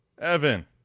Evan